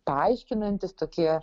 paaiškinantys tokie